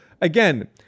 Again